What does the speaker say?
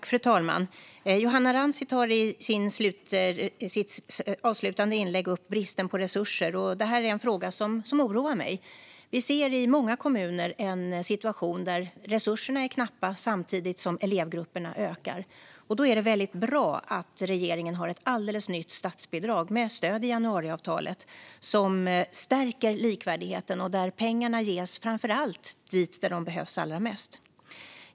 Fru talman! Johanna Rantsi tar i sitt avslutande inlägg upp bristen på resurser, och det här är en fråga som oroar mig. Vi ser i många kommuner en situation där resurserna är knappa samtidigt som elevgrupperna ökar. Då är det väldigt bra att regeringen har ett alldeles nytt statsbidrag med stöd i januariavtalet som stärker likvärdigheten och där pengarna går dit där de behövs allra mest.